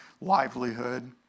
livelihood